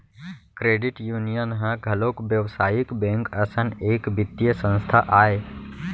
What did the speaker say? credit union ह घलोक बेवसायिक बेंक असन एक बित्तीय संस्था आय